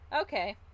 Okay